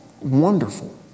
wonderful